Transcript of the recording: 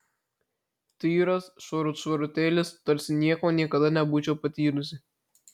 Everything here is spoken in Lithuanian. tyras švarut švarutėlis tarsi nieko niekada nebūčiau patyrusi